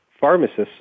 pharmacists